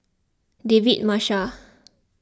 David Marshall